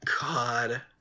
God